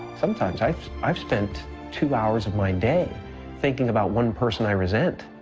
sometimes i've i've spent two hours of my day thinking about one person i resent,